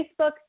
Facebook